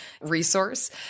resource